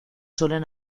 suelen